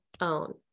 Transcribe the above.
own